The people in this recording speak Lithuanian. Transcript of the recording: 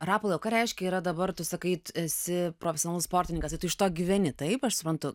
rapolai o ką reiškia yra dabar tu sakai esi profesionalus sportininkas tai tu iš to gyveni taip aš suprantu